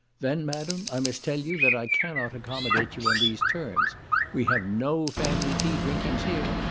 then, madam, i must tell you, that i cannot accommodate you on these terms we have no family tea-drinkings here,